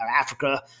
Africa